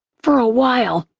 for a while,